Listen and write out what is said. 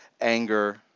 anger